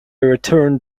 returned